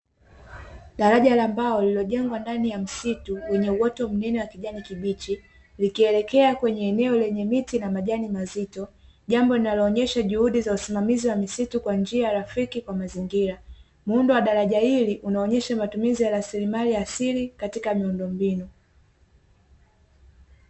Daraja la mbao lililojengwa ndani ya msitu wenye uoto mnene wa kijani kibichi, likielekea kwenye eneo lenye miti na majani mazito. Jambo linaloonyesha juhudi za usimamizi wa misitu kwa njia rafiki kwa mazingira. Muundo wa daraja hili unaonyesha matumizi ya rasilimali asili katika miundombinu.